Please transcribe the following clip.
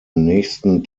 nächsten